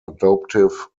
adoptive